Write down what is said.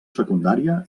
secundària